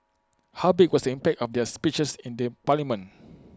how big was the impact of their speeches in the parliament